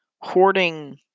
hoarding